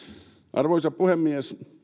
arvoisa puhemies